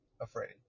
afraid